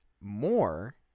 more